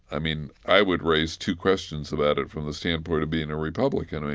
i mean, i would raise two questions about it from the standpoint of being a republican. i mean,